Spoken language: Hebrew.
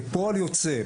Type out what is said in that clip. כפועל יוצא,